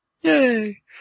Yay